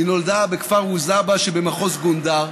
היא נולדה בכפר ווזבה שבמחוז גונדר.